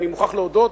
אני מוכרח להודות,